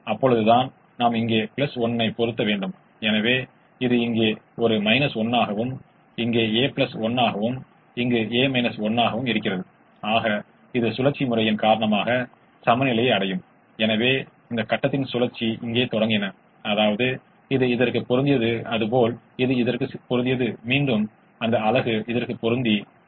இப்போது இந்த சிக்கலின் இரட்டை எழுத நாம் செல்கிறோம் எனவே இந்த சிக்கலின் இரட்டை ஏற்கனவே எழுதியுள்ளோம் 2 தடைகள் உள்ளன